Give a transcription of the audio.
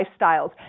lifestyles